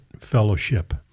fellowship